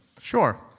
sure